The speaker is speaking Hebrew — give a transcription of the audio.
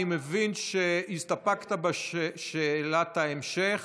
אני מבין שהסתפקת בשאלת ההמשך,